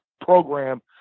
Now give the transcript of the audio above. program